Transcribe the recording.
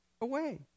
away